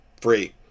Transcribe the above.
Free